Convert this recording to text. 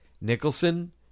Nicholson